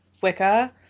Wicca